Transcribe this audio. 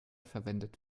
verwendet